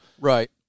Right